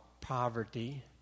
poverty